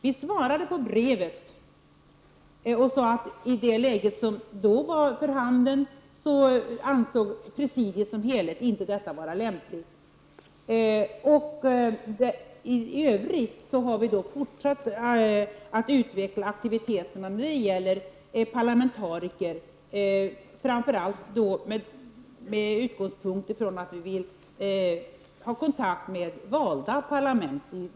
Vi har svarat på brevet och sagt att presidiet i det läge som då var för handen inte ansåg det vara lämpligt att göra en sådan inbjudan. Vi har emellertid utvecklat aktiviteterna med inriktning på att vi framför allt skall skapa kontakter med i demokratisk ordning valda parlament.